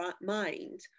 mind